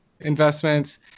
investments